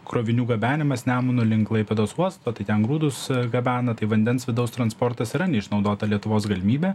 krovinių gabenimas nemunu link klaipėdos uosto tai ten grūdus gabena tai vandens vidaus transportas yra neišnaudota lietuvos galimybė